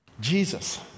Jesus